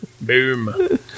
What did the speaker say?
Boom